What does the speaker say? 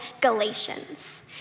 galatians